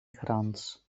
krans